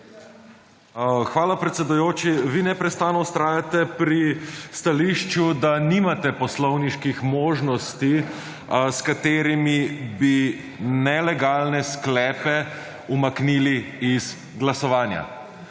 Hvala, predsedujoči. Vi neprestano vztrajate pri stališču, da nimate poslovniških možnosti s katerimi bi nelegalne sklepe umaknili iz glasovanja.